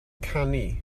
canu